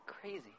Crazy